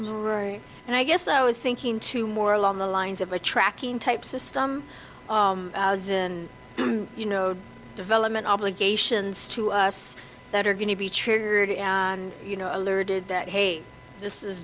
s and i guess i was thinking too more along the lines of a tracking type system as in you know development obligations to us that are going to be triggered and you know alerted that hey this is